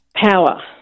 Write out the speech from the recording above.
power